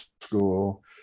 School